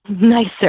nicer